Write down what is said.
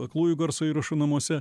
aklųjų garso įrašų namuose